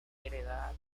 heredada